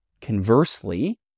Conversely